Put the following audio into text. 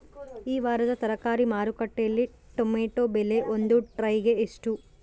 ಈ ವಾರದ ತರಕಾರಿ ಮಾರುಕಟ್ಟೆಯಲ್ಲಿ ಟೊಮೆಟೊ ಬೆಲೆ ಒಂದು ಟ್ರೈ ಗೆ ಎಷ್ಟು?